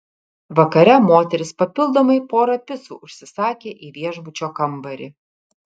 vakare moteris papildomai porą picų užsisakė į viešbučio kambarį